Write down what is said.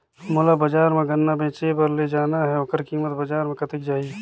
मोला बजार मां गन्ना बेचे बार ले जाना हे ओकर कीमत बजार मां कतेक जाही?